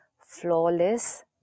flawless